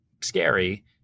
scary